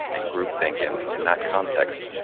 and group think and in that context.